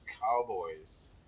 cowboys